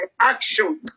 action